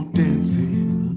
dancing